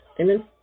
Amen